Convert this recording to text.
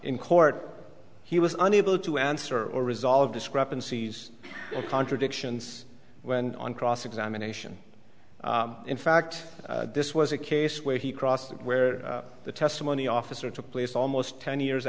in court he was unable to answer or resolve discrepancies or contradictions when on cross examination in fact this was a case where he crossed it where the testimony officer took place almost ten years